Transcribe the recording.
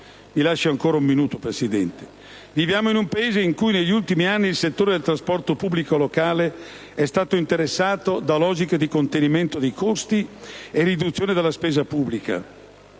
Viviamo in un Paese in cui negli ultimi anni il settore del trasporto pubblico locale è stato interessato da logiche di contenimento dei costi e riduzione della spesa pubblica